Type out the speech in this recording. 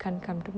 oh